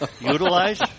utilize